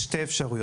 יש שתי אפשרויות.